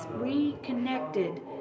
reconnected